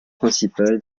principal